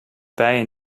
bijen